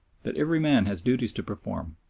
that every man has duties to perform,